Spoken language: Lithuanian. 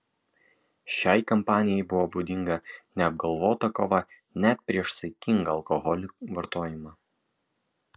šiai kampanijai buvo būdinga neapgalvota kova net prieš saikingą alkoholio vartojimą